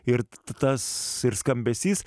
ir tas skambesys